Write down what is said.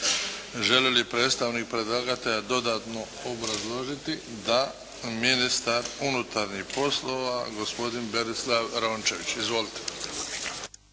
Želi li predstavnik predlagatelja dodatno obrazložiti? Da. Ministar unutarnjih poslova gospodin Berislav Rončević. Izvolite.